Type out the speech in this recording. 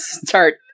start